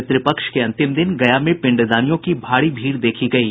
पितृपक्ष के अंतिम दिन गया में पिंडदानियों की भारी भीड़ देखी गयी